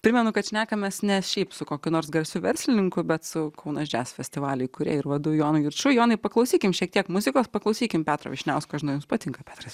primenu kad šnekamės ne šiaip su kokiu nors garsiu verslininku bet su kaunas džias festivalio įkūrėju ir vadu jonu juču jonai paklausykim šiek tiek muzikos paklausykim petro vyšniausko žinau jums patinka petras